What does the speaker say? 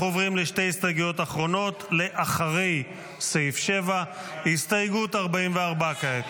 אנחנו עוברים לשתי הסתייגויות אחרונות אחרי סעיף 7. הסתייגות 44 כעת.